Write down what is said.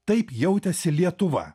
taip jautėsi lietuva